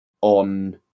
on